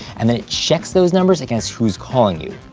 and it check those numbers against who's calling you,